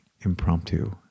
impromptu